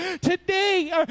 Today